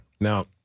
Now